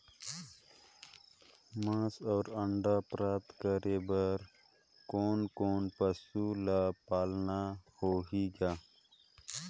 मांस अउ अंडा प्राप्त करे बर कोन कोन पशु ल पालना होही ग?